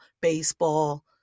baseball